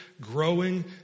growing